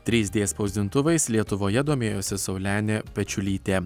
trys d spausdintuvais lietuvoje domėjosi saulenė pečiulytė